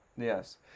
Yes